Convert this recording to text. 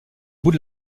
bout